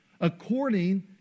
according